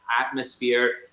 atmosphere